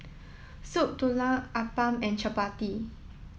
Soup Tulang Appam and Chappati